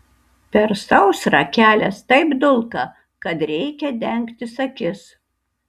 per sausrą kelias taip dulka kad reikia dengtis akis